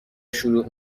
شروع